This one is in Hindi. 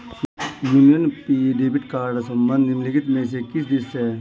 यूनियन पे डेबिट कार्ड का संबंध निम्नलिखित में से किस देश से है?